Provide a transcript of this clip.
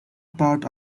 part